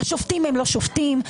השופטים הם לא שופטים.